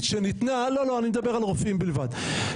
לא, אני מדבר על רופאים בלבד.